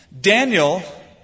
Daniel